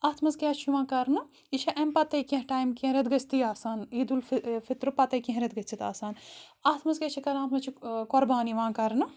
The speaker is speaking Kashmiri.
اَتھ منز کیاہ چھِ یِوان کَرنہٕ یہِ چھِ امہِ پَتَے کیٚنٛہہ ٹایِم کیٚنٛہہ رؠتھ گٔستھی آسان عیٖدُ الفہِ فِطرٕ پَتَے کیٚنٛہہ رؠتھ گٔژھِتھ آسان اَتھ منز کیاہ چھِ کَران اَتھ منز چھِ قۄربان یِوان کَرنہٕ